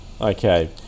okay